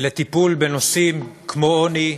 נותנת לטיפול בנושאים כמו עוני,